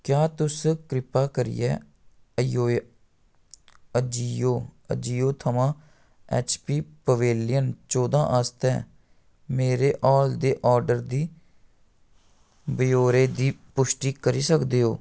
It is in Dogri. क्या तुस किरपा करियै एजियो थमां एच पी पवेलियन चौदां आस्तै मेरे हाल दे ऑर्डर दी ब्यौरे दी पुश्टि करी सकदे ओ